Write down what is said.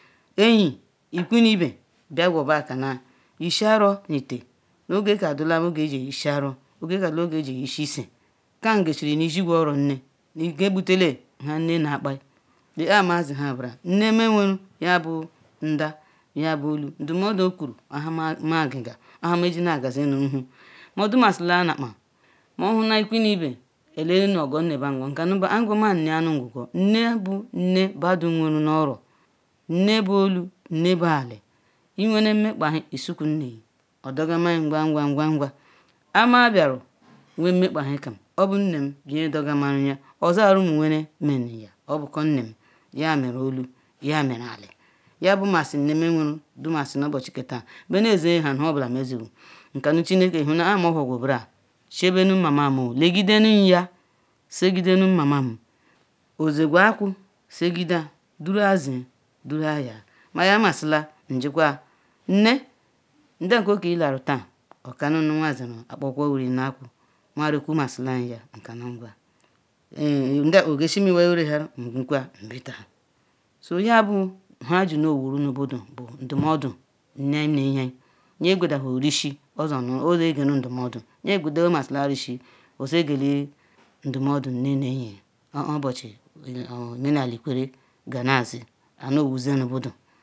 enyi, ikwu nu ibeh bia gwo ba kana ishi aro nu ite, oge ka dulam nge iji e ishi aro oge ka dulam nge iji ishi ise, kam ge siru nu ihi gwo oro nne, nu ige gbute le he nne na kpai. Le ah ma zi ha mbara nne meh nweru ya bu ndah, ya bu olu. Ndumuodu okwuru oha ma ge-ga, ohe me ji na gaze nu wruhu, odumasila na kpa, mo hu na ikuh nu ibeh ele nu ogo nne ba ngngo nka nu ba ariu go ma nne anu ngugo, nne bu nne badu nwere nu bra, nne bu olu, nne bu ali, iwene mmek-paehi, isuku nnei odegamai ngwangwa ngwangwa. Ah meh biuru nwe nmekpawhi kam, obu nne biaru dogamanuye oza rumu nwene menumya obu ko nne, ya meeu olu, ya meru ali, ya bu masi nne me nweru du masi nu obochi ke tah. Mme neze ha nu hobula meh jegwu, Nka nu chineke ihu na ah meh whugwu nbara chebenu mamam moo, le gide num ya se gidah num mamam. Oze gu akwu se gidah, durua ze, dura yaa, maya ma sila njikwa nne ndah npa kilaru tah, oka num nu anwna jeru okpa okwukwo wuri na ekwu anwua rekwu masi lam ya nka na ngwa, ehh oge sim iwai ore ya la, ngwu kwo nbita, so ya bu ha ijiri nu owu nu budu bu ndumuodu nne aiyi ne nge ayai, nye gwe-dahieru rishi oye geli ndumuodu nye-gwedaliele rishi oye geli ndumuodu nne ne nye, oh obochi omenali ikwerre ga na zi, ai no wuje nul budu.